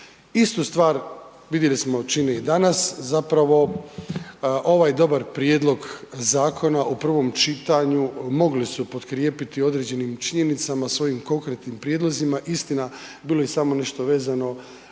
Istu stvar, vidjeli smo, čine i danas. Zapravo ovaj dobar prijedlog zakona u prvom čitanju mogli su potkrijepiti određenim činjenicama svojim konkretnim prijedlozima. Istina, bilo je samo nešto vezano